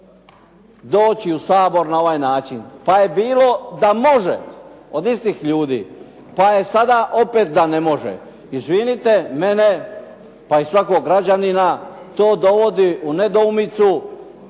doći u Sabor na ovaj način, pa je bilo da može od istih ljudi. Pa je sada opet da ne može. Izvinite mene, pa i svakog građanina to dovodi u nedoumicu